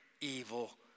evil